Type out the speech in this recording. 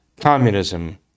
communism